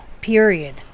Period